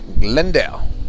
Glendale